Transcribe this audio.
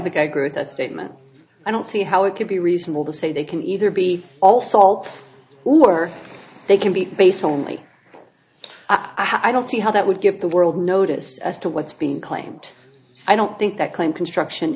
think i agree with that statement i don't see how it could be reasonable to say they can either be all salts who are they can be based only i don't see how that would give the world notice as to what's being claimed i don't think that claim construction